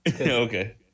Okay